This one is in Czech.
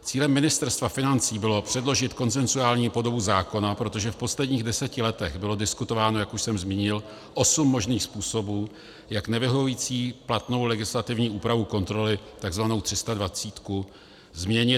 Cílem Ministerstva financí bylo předložit konsenzuální podobu zákona, protože v posledních deseti letech bylo diskutováno, jak už jsem zmínil, osm možných způsobů, jak nevyhovující platnou legislativní úpravu kontroly, takzvanou třistadvacítku, změnit.